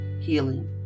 healing